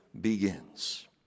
begins